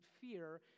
fear